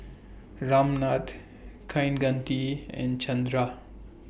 Ramnath Kaneganti and Chandra